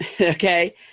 okay